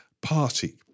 party